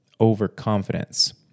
overconfidence